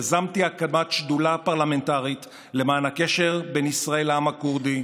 יזמתי הקמת שדולה פרלמנטרית למען הקשר בין ישראל לעם הכורדי.